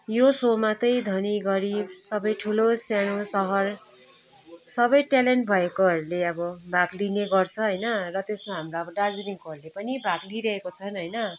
यो सोमा चाहिँ धनी गरिब सबै ठुलो सानो सहर सबै ट्यालेन्ट भएकोहरूले अब भाग लिने गर्छ होइन र त्यसमा हाम्रो अब दार्जिलिङकोहरूले पनि भाग लिइरहेको छन् होइन